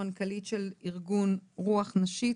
המנכ"לית של ארגון "רוח נשית",